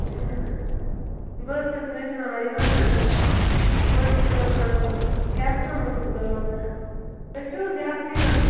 بہٕ حظ چھَس مےٚ حظ چھِ ناو رِہانہ بہٕ حظ چھَس روزان حظ کٮ۪پسَن حظ چھَس بہٕ روزان تُہۍ چھُو حظ یاسمیٖنہ